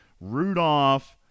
Rudolph